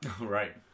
right